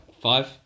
five